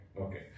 Okay